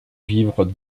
vivre